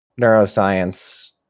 neuroscience